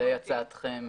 הצעתכם?